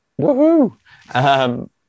Woohoo